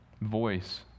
voice